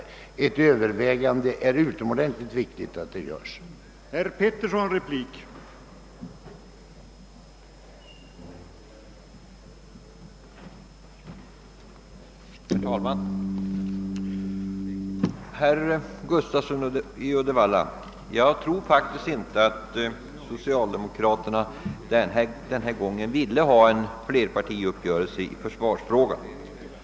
Det är utomordentligt viktigt att det görs ett övervägande.